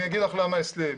אני אגיד לך למה הסלים.